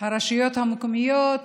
הרשויות המקומיות,